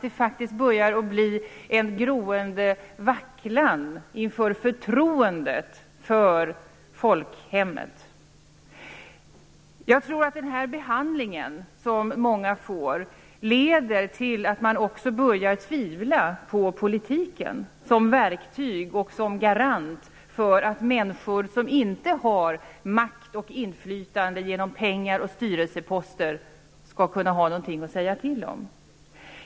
Det börjar bli en groende vacklan inför förtroendet för folkhemmet. Jag tror att den behandling som många får leder till att man också börjar tvivla på politiken som verktyg och som garant för att människor som inte har makt och inflytande genom pengar och styrelseposter skall kunna ha någonting att säga till om.